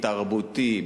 תרבותי,